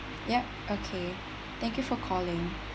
ya okay thank you for calling